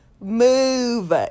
move